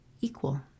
equal